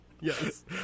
Yes